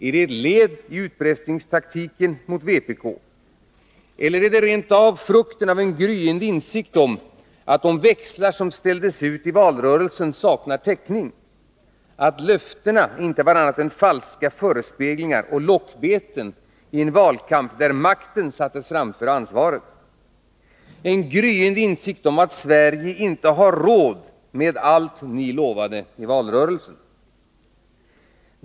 Är det ett led i utpressningstaktiken mot vpk eller är det rent av frukten av en gryende insikt om att de växlar som ställdes ut i valrörelsen saknar täckning, att löftena inte var annat än falska förespeglingar och lockbeten i en valkamp där makten sattes framför ansvaret — en gryende insikt om att Sverige inte har råd med allt ni lovade i valrörelsen?